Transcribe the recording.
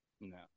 No